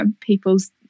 people's